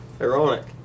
ironic